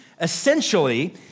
essentially